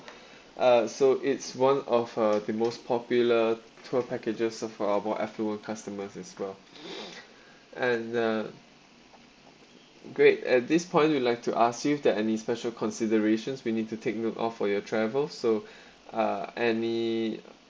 uh so it's one of uh the most popular tour packages of our more affluent customers as well and uh great at this point we like to ask you that any special considerations we need to take note of for your travel so uh any